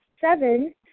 seven